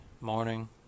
morning